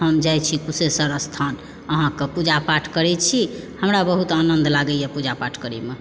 हम जाइत छी कुशेश्वर स्थान अहाँकके पूजापाठ करैत छी हमरा बहुत आनन्द लागैतए पूजापाठ करयमे